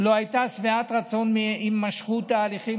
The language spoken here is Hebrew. לא הייתה שבעת רצון מהימשכות ההליכים